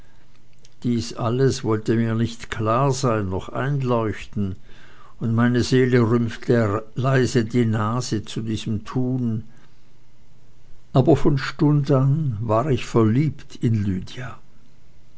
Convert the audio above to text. dies alles wollte mir nicht klar sein noch einleuchten und meine seele rümpfte leise die nase zu diesem tun aber von stund an war ich verliebt in lydia